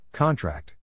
Contract